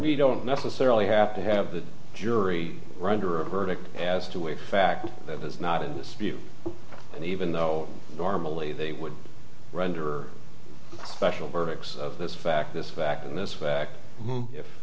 we don't necessarily have to have the jury render a verdict as to a fact that is not in dispute and even though normally they would render special verdicts of this fact this fact and this fact